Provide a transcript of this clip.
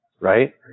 right